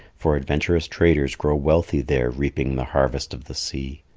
for adventurous traders grow wealthy there reaping the harvest of the sea.